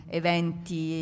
eventi